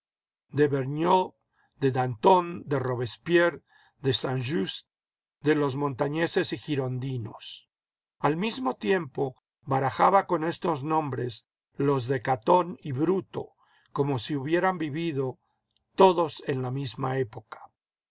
de vergniaiid de danton de robespierre de saint just de los montañeses y girondinos al mismo tiempo barajaba con estos nombres los de catón y bruto como si hubieran vivido todos en la misma época